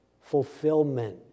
Fulfillment